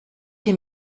him